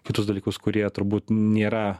kitus dalykus kurie turbūt nėra